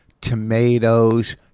tomatoes